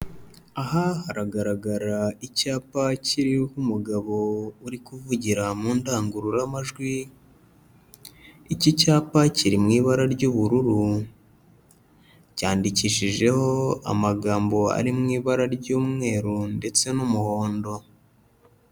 Aha haragaragara icyapa kiriho umugabo uri kuvugira mu ndangururamajwi, iki cyapa kiri mu ibara ry'ubururu, cyandikishijeho amagambo ari mu ibara ry'umweru ndetse n'umuhondo.